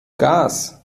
gas